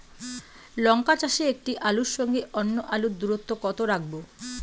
লঙ্কা চাষে একটি আলুর সঙ্গে অন্য আলুর দূরত্ব কত রাখবো?